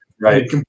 right